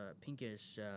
pinkish